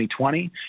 2020